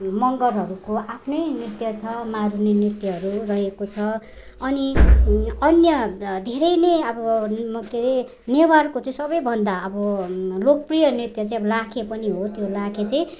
मगरहरूको आफ्नै नृत्य छ मारुनी नृत्यहरू रहेको छ अनि अन्य धेरै नै अब के अरे नेवारको चाहिँ सबैभन्दा अब लोकप्रिय नृत्य चाहिँ अब लाखे पनि हो त्यो लाखे चाहिँ